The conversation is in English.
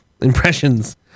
impressions